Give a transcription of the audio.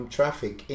Traffic